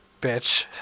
bitch